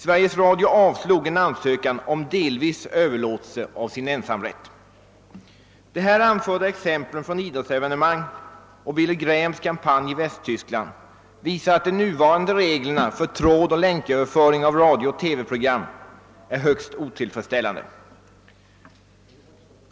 Sveriges Radio avslog en ansökan om delvis överlåtelse av sin ensamrätt. De här anförda exemplen från idrottsevenemang och Billy Grahams kampanj i Västtyskland visar att de nuvarande reglerna för trådoch länköverföring av radiooch TV-program är högst otillfredsställande.